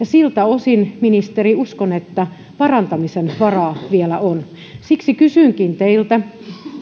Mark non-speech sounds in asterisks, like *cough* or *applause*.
*unintelligible* siltä osin ministeri uskon että parantamisen varaa vielä on siksi kysynkin teiltä